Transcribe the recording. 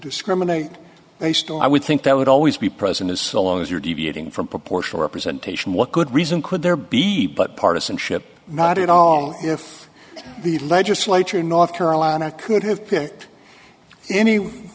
discriminate based on i would think that would always be present as so long as you're deviating from proportional representation what good reason could there be but partisanship not at all if the legislature in north carolina could have picked any